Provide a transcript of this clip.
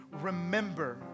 remember